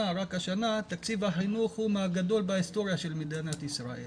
תקציב החינוך השנה הוא הגדול ביותר בהיסטוריה של מדינת ישראל